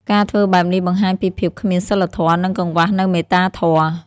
ការធ្វើបែបនេះបង្ហាញពីភាពគ្មានសីលធម៌ និងកង្វះនូវមេត្តាធម៌។